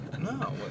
No